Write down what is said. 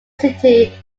city